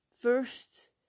First